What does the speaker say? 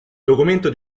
documento